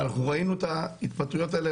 ואנחנו ראינו את ההתפטרויות האלה,